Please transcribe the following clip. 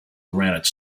granite